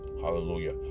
hallelujah